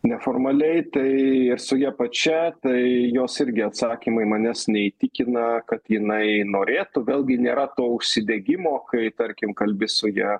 neformaliai tai ir su ja pačia tai jos irgi atsakymai manęs neįtikina kad jinai norėtų vėlgi nėra to užsidegimo kai tarkim kalbi su ja